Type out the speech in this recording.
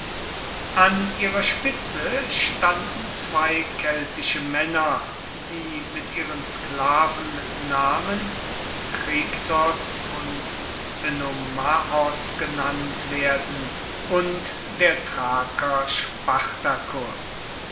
an ihrer spitze standen zwei keltische männer die mit ihren sklavennamen krixos und önomaos genannt werden und der thraker spartacus